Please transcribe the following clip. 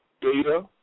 data